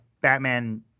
Batman –